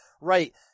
right